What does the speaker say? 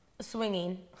Swinging